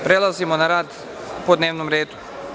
Prelazimo na rad po dnevnom redu.